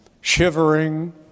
shivering